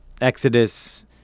Exodus